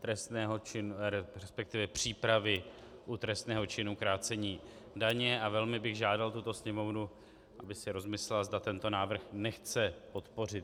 trestného činu, resp. přípravy u trestného činu krácení daně, a velmi bych žádal tuto Sněmovnu, aby si rozmyslela, zda tento návrh nechce podpořit.